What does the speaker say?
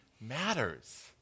matters